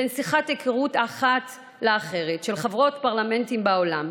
בין שיחת היכרות אחת לאחרת עם חברות פרלמנטים בעולם,